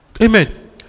Amen